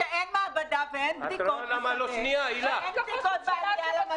אז אנחנו לא רוצים שייכנסו 200 בני אדם וגם 20 בני אדם